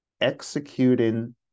executing